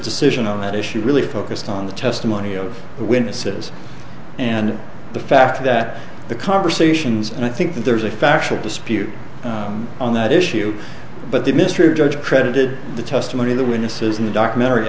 decision on that issue really focused on the testimony of witnesses and the fact that the conversations and i think that there's a factual dispute on that issue but the mystery judge credited the testimony of the witnesses and documentary